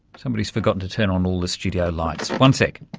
somebody's forgotten to turn on all the studio lights. one sec.